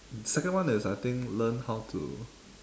second one is I think learn how to